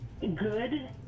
good